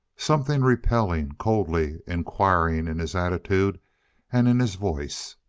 something repelling, coldly inquiring in his attitude and in his voice.